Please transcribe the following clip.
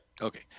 Okay